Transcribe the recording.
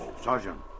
Sergeant